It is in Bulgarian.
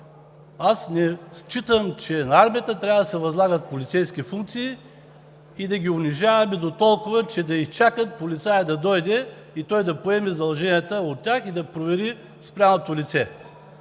Аз не считам, че на армията трябва да се възлагат полицейски функции и да ги унижаваме дотолкова, че да изчакат полицаят да дойде и той да поеме задълженията от тях и да провери спряното лице.